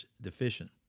deficient